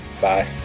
Bye